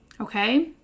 Okay